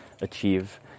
achieve